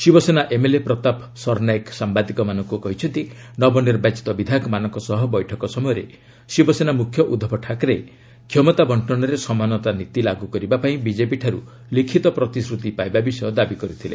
Shiv Sena MLA Pratap Sarnaik ସାମ୍ବାଦିକମାନଙ୍କୁ କହିଛନ୍ତି ନବନିର୍ବାଚିତ ବିଧାୟକମାନଙ୍କ ସହ ବୈଠକ ସମୟରେ ଶିବସେନା ମୁଖ୍ୟ ଉଦ୍ଧବ ଠାକ୍ରେ କ୍ଷମତା ବର୍ଷନରେ ସମାନତା ନୀତି ଲାଗୁ କରିବା ପାଇଁ ବିଜେପିଠାରୁ ଲିଖିତ ପ୍ରତିଶ୍ରତି ପାଇବା ବିଷୟ ଦାବି କରିଥିଲେ